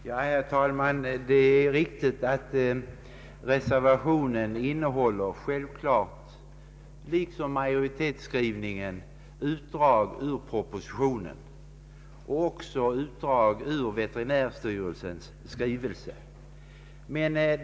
Herr talman! Det är riktigt att reservationen liksom majoritetsskrivningen innehåller utdrag ur propositionen och också ur veterinärstyrelsens skrivelse.